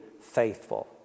faithful